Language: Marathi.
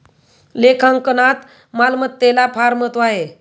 लेखांकनात मालमत्तेला फार महत्त्व आहे